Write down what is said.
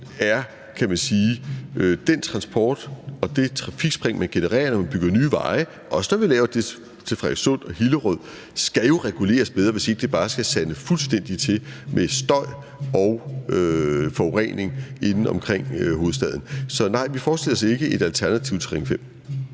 er også, fordi den transport og det trafikspring, man genererer, når man bygger nye veje – også når vi laver det til Frederikssund og Hillerød – i længden er noget, som jo skal reguleres bedre, hvis ikke det bare skal sande fuldstændig til med støj og forurening inde omkring hovedstaden. Så nej, vi forestiller os ikke et alternativ til Ring 5.